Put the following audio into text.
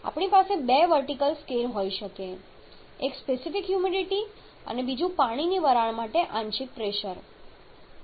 આપણી પાસે બે વર્ટિકલ સ્કેલ હોઈ શકે છે એક સ્પેસિફિક હ્યુમિડિટી આપે છે બીજું પાણીની વરાળ માટે આંશિક પ્રેશર આપે છે